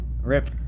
Rip